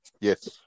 Yes